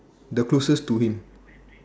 the closest to him